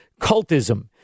cultism